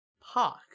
park